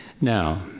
Now